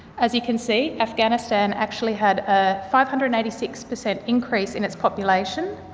as you can see, afghanistan actually had a five hundred and eighty six per cent increase in its population.